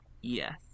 yes